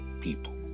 people